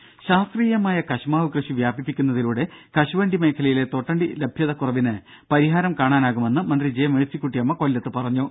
ദേദ ശാസ്ത്രീയമായ കശുമാവ് കൃഷി വ്യാപിപ്പിക്കുന്നതിലൂടെ കശുവണ്ടി മേഖലയിലെ തോട്ടണ്ടി ലഭ്യതക്കുറവിന് പരിഹാരം കാണാനാകുമെന്ന് മന്ത്രി ജെ മേഴ്സിക്കുട്ടിയമ്മ കൊല്ലത്ത് പറഞ്ഞു